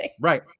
Right